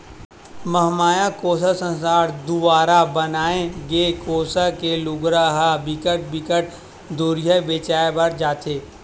महमाया कोसा संस्था दुवारा बनाए गे कोसा के लुगरा ह बिकट बिकट दुरिहा बेचाय बर जाथे